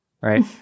right